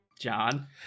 john